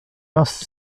nos